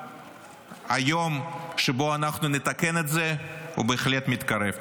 והיום שבו אנחנו נתקן את זה הוא בהחלט מתקרב.